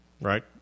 right